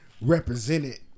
represented